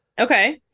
Okay